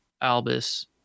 Albus